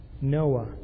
Noah